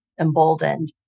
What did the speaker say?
emboldened